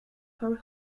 her